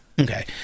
Okay